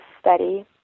study